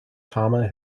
tama